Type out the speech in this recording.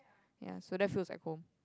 ya so that feels like home